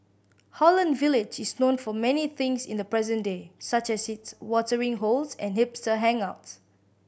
Holland Village is known for many things in the present day such as its watering holes and hipster hangouts